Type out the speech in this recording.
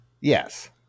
Yes